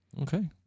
Okay